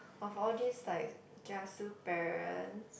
of all these like kiasu parents